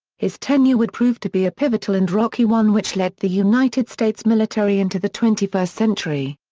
his tenure would prove to be a pivotal and rocky one which led the united states military into the twenty first century.